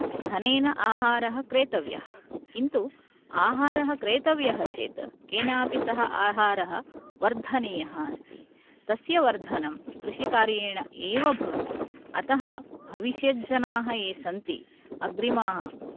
धनेन आहारः क्रेतव्यः किन्तु आहारः क्रेतव्यः चेत् केनापि सः आहारः वर्धनीयः अस्ति तस्य वर्धनं कृषिकार्येण एव भवति अतः भविष्यद् जनाः ये सन्ति अग्रिमाः